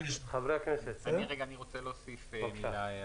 אני רוצה להוסיף מילה.